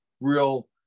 real